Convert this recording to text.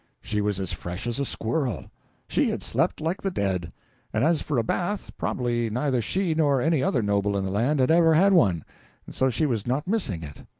she was as fresh as a squirrel she had slept like the dead and as for a bath, probably neither she nor any other noble in the land had ever had one, and so she was not missing it.